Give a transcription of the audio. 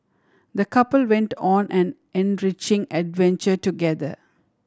the couple went on an enriching adventure together